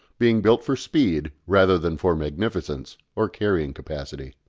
being built for speed rather than for magnificence or carrying capacity.